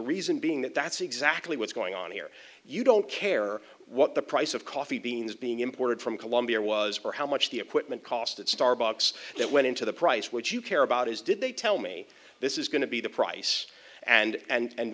reason being that that's exactly what's going on here you don't care what the price of coffee beans being imported from colombia was or how much the equipment cost at starbucks that went into the price what you care about is did they tell me this is going to be the price and